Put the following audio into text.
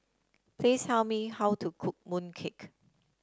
please tell me how to cook mooncake